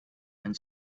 and